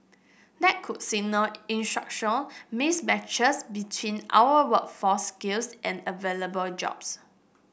that could signal in structural mismatches between our workforce skills and available jobs